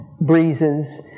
breezes